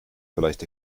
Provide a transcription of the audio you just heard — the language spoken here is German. vielleicht